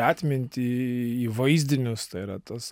atmintį į vaizdinius tai yra tas